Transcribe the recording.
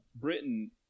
Britain